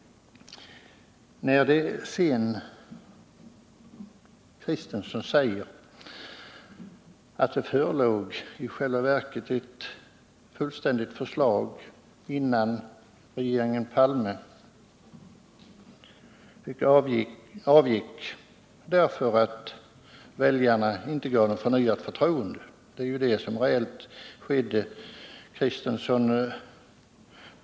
Valter Kristenson sade att det i själva verket förelåg ett fullständigt förslag, innan regeringen Palme avgick. Valter Kristenson påstod också att svenska folket drabbades av en olycka 1976.